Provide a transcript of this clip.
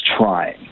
trying